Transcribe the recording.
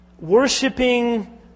Worshipping